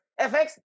FX